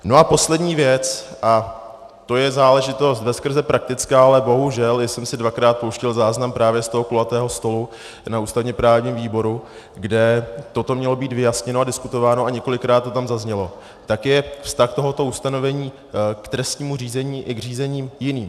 No a poslední věc, a to je záležitost veskrze praktická ale bohužel, když jsem si dvakrát pouštěl záznam právě z toho kulatého stolu na ústavněprávním výboru, kde toto mělo být vyjasněno a diskutováno a několikrát to tam zaznělo , je vztah tohoto ustanovení k trestnímu řízení i k řízení jiným.